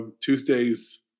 Tuesdays